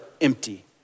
empty